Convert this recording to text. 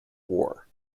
war